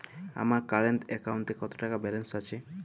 আমার কারেন্ট অ্যাকাউন্টে কত টাকা ব্যালেন্স আছে?